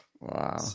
Wow